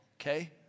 Okay